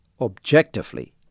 objectively